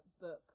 book